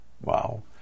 Wow